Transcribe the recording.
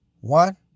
one